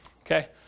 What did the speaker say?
Okay